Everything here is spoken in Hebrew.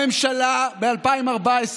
בממשלה ב-2014.